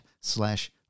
slash